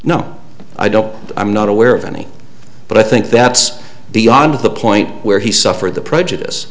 no i don't i'm not aware of any but i think that's beyond the point where he suffered the prejudice